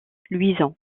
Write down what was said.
luisant